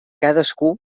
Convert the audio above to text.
cadascú